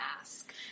ask